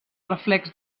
reflex